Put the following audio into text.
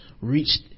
reached